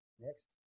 Next